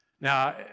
Now